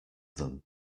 them